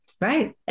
Right